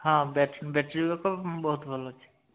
ହଁ battery backup ବହୁତ ଭଲ ଅଛି